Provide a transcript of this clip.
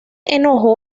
enojo